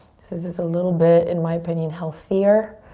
this is just a little bit, in my opinion, healthier.